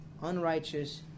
unrighteous